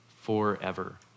forever